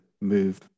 move